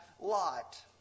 Lot